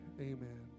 amen